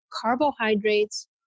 carbohydrates